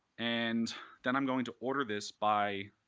and then i'm going to order this by